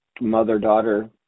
mother-daughter